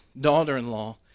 daughter-in-law